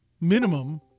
minimum